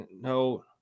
No